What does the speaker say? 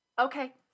Okay